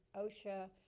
osha.